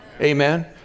Amen